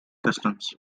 customs